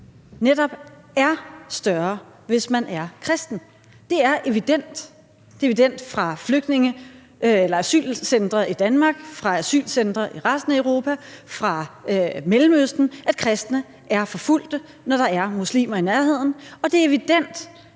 netop er større, hvis man er kristen. Det er evident. Det er evident fra asylcentre i Danmark, fra asylcentre i resten af Europa og fra Mellemøsten, at kristne er forfulgte, når der er muslimer i nærheden. Og det er evident